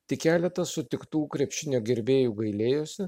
tik keletas sutiktų krepšinio gerbėjų gailėjosi